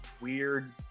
weird